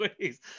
ways